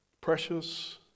precious